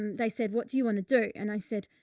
um they said, what do you want to do? and i said,